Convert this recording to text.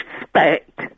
respect